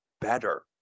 better